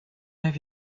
have